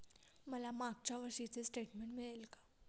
मला मागच्या वर्षीचे स्टेटमेंट मिळेल का?